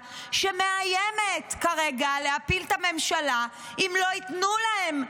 שמאיימת כרגע להפיל את הממשלה אם לא ייתנו להם?